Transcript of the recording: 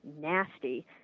nasty